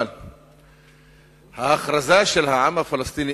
אבל ההכרזה של העם הפלסטיני,